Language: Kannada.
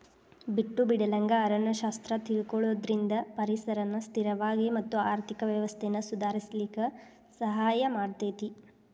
ಬಿಟ್ಟು ಬಿಡಲಂಗ ಅರಣ್ಯ ಶಾಸ್ತ್ರ ತಿಳಕೊಳುದ್ರಿಂದ ಪರಿಸರನ ಸ್ಥಿರವಾಗಿ ಮತ್ತ ಆರ್ಥಿಕ ವ್ಯವಸ್ಥೆನ ಸುಧಾರಿಸಲಿಕ ಸಹಾಯ ಮಾಡತೇತಿ